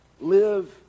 live